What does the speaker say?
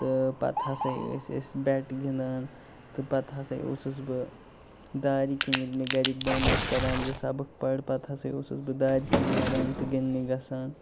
تہٕ پَتہٕ ہسا ٲس أسۍ بیٹ گِنٛدان تہٕ پَتہٕ ہسا اوسُس بہٕ دارِ کِنۍ ییٚلہِ مےٚ گَرِکۍ بَنٛد ٲسۍ کران زِ سبق پَر پَتہٕ ہسا اوسُس بہٕ دارِ کِنۍ نیران تہِ گِنٛدنہِ گژھان